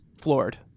floored